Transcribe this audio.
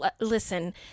listen